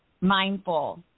mindful